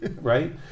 right